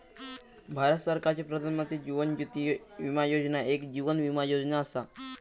भारत सरकारची प्रधानमंत्री जीवन ज्योती विमा योजना एक जीवन विमा योजना असा